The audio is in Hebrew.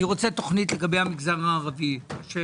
אני רוצה תכנית לגבי המגזר הערבי כפי